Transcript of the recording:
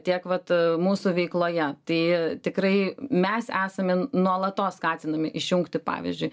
tiek vat mūsų veikloje tai tikrai mes esame nuolatos skatinami išjungti pavyzdžiui